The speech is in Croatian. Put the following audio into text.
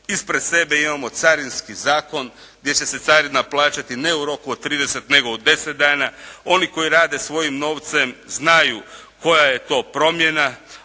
ispred sebe imamo Carinski zakon gdje će se carina plaćati, ne u roku od 30, nego od 10 dana, oni koji rade svojim novcem znaju koja je to promjena,